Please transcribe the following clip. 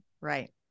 right